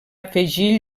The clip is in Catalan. afegir